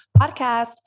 podcast